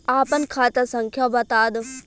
आपन खाता संख्या बताद